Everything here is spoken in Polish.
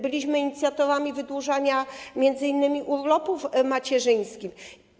Byliśmy inicjatorami wydłużania między innymi urlopów macierzyńskich.